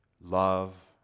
love